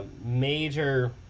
Major